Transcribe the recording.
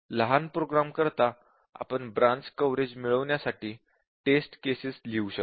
लहान प्रोग्राम करता आपण ब्रांच कव्हरेज मिळवण्यासाठी टेस्ट केसेस लिहू शकतो